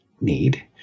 need